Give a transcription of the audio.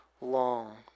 long